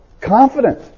confident